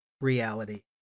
reality